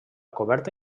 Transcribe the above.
coberta